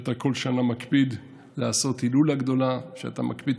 אתה כל שנה מקפיד לעשות הילולה גדולה ומקפיד